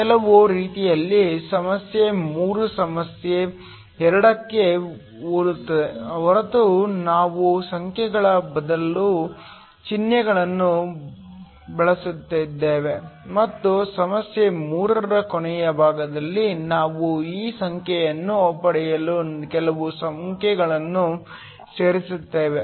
ಕೆಲವು ರೀತಿಯಲ್ಲಿ ಸಮಸ್ಯೆ 3 ಸಮಸ್ಯೆ 2 ಕ್ಕೆ ಹೋಲುತ್ತದೆ ಹೊರತು ನಾವು ಸಂಖ್ಯೆಗಳ ಬದಲು ಚಿಹ್ನೆಗಳನ್ನು ಬಳಸುತ್ತಿದ್ದೇವೆ ಮತ್ತು ಸಮಸ್ಯೆ 3 ರ ಕೊನೆಯ ಭಾಗದಲ್ಲಿ ನಾವು ಈ ಸಂಖ್ಯೆಯನ್ನು ಪಡೆಯಲು ಕೆಲವು ಸಂಖ್ಯೆಗಳನ್ನು ಸೇರಿಸುತ್ತೇವೆ